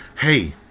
hey